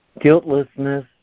Guiltlessness